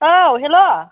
औ हेल'